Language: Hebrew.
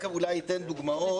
רק אולי אתן דוגמאות.